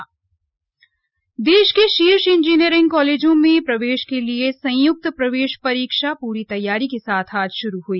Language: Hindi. जेईई मेन्स देश के शीर्ष इंजीनियरिंग कॉलेजों में प्रवेश के लिए संयुक्त प्रवेश परीक्षा पूरी तैयारी के साथ आज शुरू हई